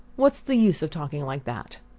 what's the use of talking like that?